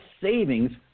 savings